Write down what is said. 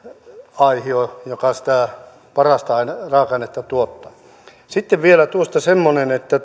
aihio joka sitä parasta raaka ainetta tuottaa sitten vielä tuosta semmoinen että